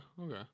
okay